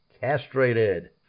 castrated